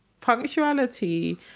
Punctuality